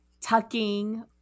tucking